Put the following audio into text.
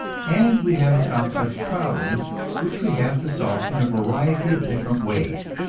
and we have a complex problem which we have to solve in a variety of different ways,